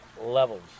levels